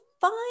fine